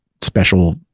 special